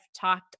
talked